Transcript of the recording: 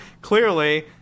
clearly